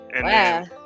Wow